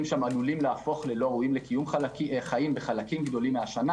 שם עלולים להפוך ללא ראויים לקיום חיים בחלקים גדולים מהשנה.